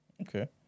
Okay